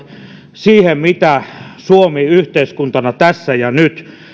siihen mitä suomi yhteiskuntana tässä ja nyt